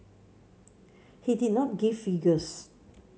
he did not give figures